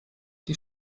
die